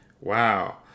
Wow